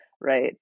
right